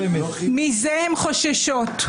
מזה הן חוששות.